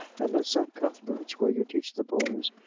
and that st. cuthbert's, where you teach the boys,